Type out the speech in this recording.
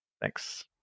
Thanks